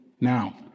now